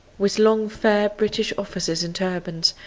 with long fair british officers in turbans,